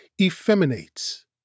effeminates